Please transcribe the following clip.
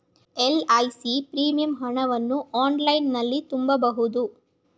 LIC premium ಹಣವನ್ನು ಆನ್ಲೈನಲ್ಲಿ ತುಂಬಬಹುದು